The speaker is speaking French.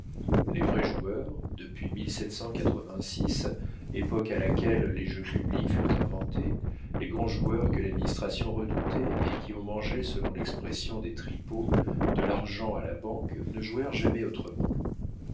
les vrais joueurs depuis époque à laquelle les jeux publics furent inventés les grands joueurs que l'administration redoutait et qui ont mangé selon l'expression des tripots de l'argent à la banque ne jouèrent jamais autrement